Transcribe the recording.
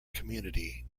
community